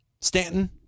Stanton